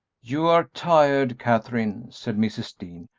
you are tired, katherine, said mrs. dean,